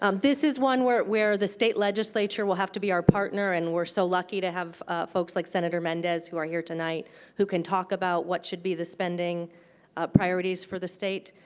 um this is one where where the state legislature will have to be our partner. and we're so lucky to have folks like senator mendez who are here tonight who can talk about what should be the spending priorities for the state.